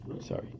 Sorry